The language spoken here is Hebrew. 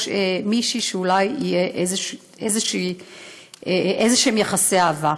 מישהי ואולי יהיו איזשהם יחסי אהבה.